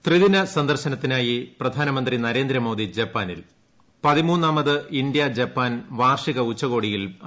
ത്രിദിന സന്ദർശനത്തിനായി പ്രധാനമന്ത്രി നരേന്ദ്രമോദി ജപ്പാനിൽ പതിമൂന്നാമത് ഇന്ത്യ ജപ്പാൻ വാർഷിക ഉച്ചകോടിയിൽ പങ്കെടുക്കും